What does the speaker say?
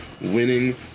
winning